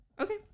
Okay